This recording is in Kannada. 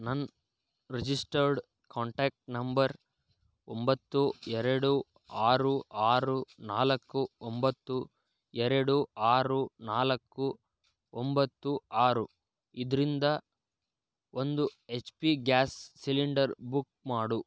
ನನ್ನ ರಿಜಿಸ್ಟರ್ಡ್ ಕಾಂಟ್ಯಾಕ್ಟ್ ನಂಬರ್ ಒಂಬತ್ತು ಎರಡು ಆರು ಆರು ನಾಲ್ಕು ಒಂಬತ್ತು ಎರಡು ಆರು ನಾಲ್ಕು ಒಂಬತ್ತು ಆರು ಇದರಿಂದ ಒಂದು H P gas cylinder book ಮಾಡು